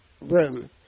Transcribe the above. room